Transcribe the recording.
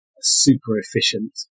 super-efficient